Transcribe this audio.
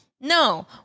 No